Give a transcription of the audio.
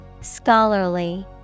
Scholarly